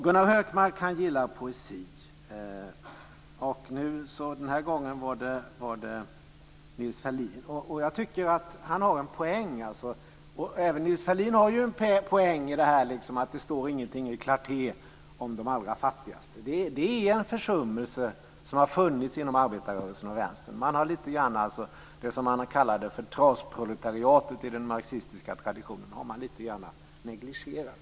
Gunnar Hökmark gillar poesi. Den här gången var det Nils Ferlin. Hökmark har en poäng. Även Nils Ferlin har en poäng i att det inte står någonting i Clarté om de allra fattigaste. Det är en försummelse som har funnits inom arbetarrörelsen och Vänstern. Det som kallas för trasproletariatet i den marxistiska traditionen har negligerats.